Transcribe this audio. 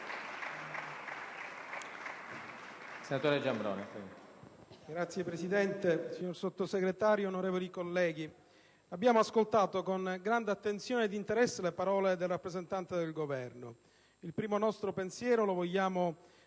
Signor Presidente, signor Sottosegretario, onorevoli colleghi, abbiamo ascoltato con grande attenzione ed interesse le parole del rappresentante del Governo. Il primo nostro pensiero lo vogliamo tuttavia